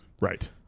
Right